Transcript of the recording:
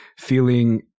feeling